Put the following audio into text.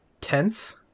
tense